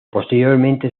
posteriormente